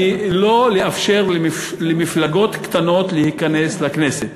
לא לאפשר למפלגות קטנות להיכנס לכנסת.